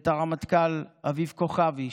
ואת הרמטכ"ל אביב כוכבי,